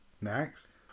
Next